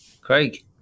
Craig